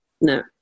No